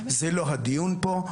זה לא הדיון פה.